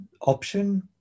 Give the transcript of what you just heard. option